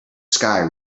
sky